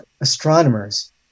astronomers